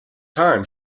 time